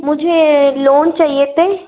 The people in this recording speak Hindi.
मुझे लोन चाहिए थे